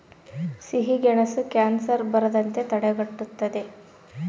ಸಿಹಿಗೆಣಸು ಕ್ಯಾನ್ಸರ್ ಬರದಂತೆ ತಡೆಗಟ್ಟುತದ